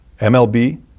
MLB